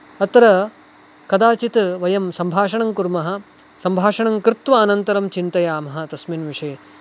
अत्र कदाचित् वयं सम्भाषणं कुर्मः सम्भाषणं कृत्वा अनन्तरं चिन्तयामः तस्मिन् विषये